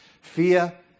Fear